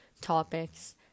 topics